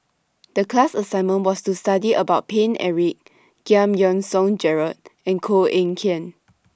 The class assignment was to study about Paine Eric Giam Yean Song Gerald and Koh Eng Kian